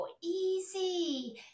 easy